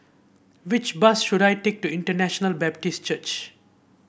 which bus should I take to International Baptist Church